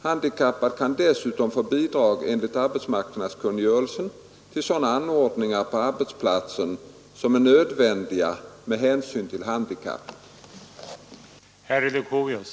Handikappad kan dessutom få bidrag enligt arbetsmarknadskungörelsen till sådana anordningar på arbetsplatsen som är nödvändiga med hänsyn till handikappet.